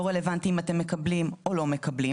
לא רלוונטי אם אתם מקבלים או לא מקבלים,